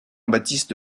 baptiste